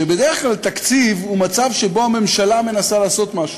והתשובה היא שבדרך כלל התקציב הוא מצב שבו הממשלה מנסה לעשות משהו,